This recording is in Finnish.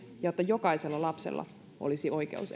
ja että jokaisella lapsella olisi oikeus